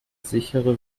sichere